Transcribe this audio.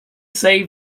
save